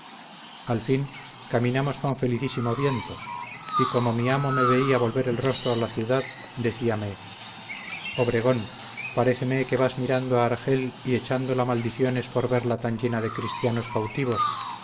al fin caminamos con felicísimo viento y como mi amo me vía volver el rostro a la ciudad decíame obregón paréceme que vas mirando a argel y echándola maldiciones por verla tan llena de cristianos cautivos